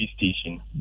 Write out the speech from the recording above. station